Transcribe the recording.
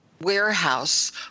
warehouse